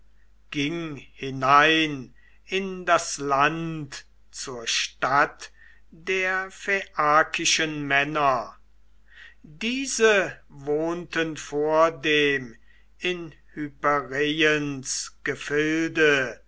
ging hinein in das land zur stadt der phaiakischen männer diese wohnten vordem in hypereiens gefilde